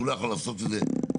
שהוא לא יכול לעשות את זה סתם.